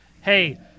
hey